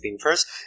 first